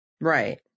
Right